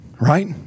right